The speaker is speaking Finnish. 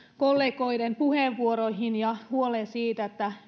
kollegoiden puheenvuoroihin ja huoleen siitä